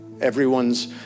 Everyone's